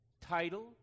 title